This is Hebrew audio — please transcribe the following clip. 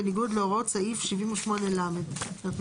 בניגוד להוראות סעיף 78ל; זאת אומרת,